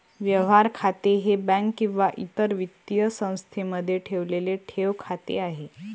व्यवहार खाते हे बँक किंवा इतर वित्तीय संस्थेमध्ये ठेवलेले ठेव खाते आहे